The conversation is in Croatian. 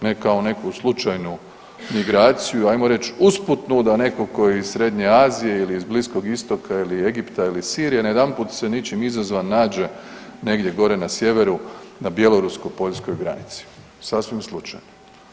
Ne kao neku slučajnu migraciju hajmo reći usputnu da netko tko je iz Srednje Azije, ili iz Bliskog Istoka, ili Egipta ili iz Sirije najedanput se ničim izazvan nađe negdje gore na sjeveru na bjelorusko-poljskoj granici sasvim slučajno.